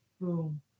boom